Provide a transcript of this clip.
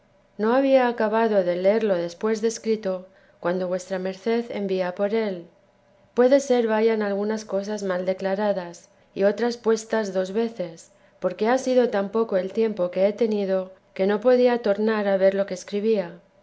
no había acabado de leerlo después de escrito cuando vuesa merced envía por él puede ser vayan algunas cosas mal declaradas y otras puestas dos veces porque hasido tan poco el tiempo que he tenido que no podía tornar a verlo que escribía